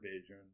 vision